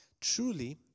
Truly